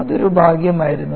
അതൊരു ഭാഗ്യമായിരുന്നു